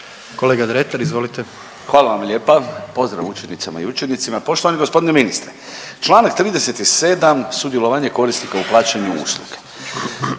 **Dretar, Davor (DP)** Hvala vam lijepa. Pozdrav učenicama i učenicima. Poštovani g. ministre, čl. 37, sudjelovanje korisnika u plaćanju usluge.